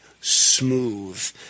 smooth